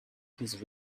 his